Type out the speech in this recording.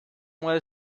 were